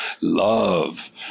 love